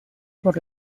por